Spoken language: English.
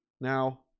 now